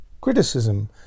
criticism